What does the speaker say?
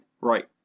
Right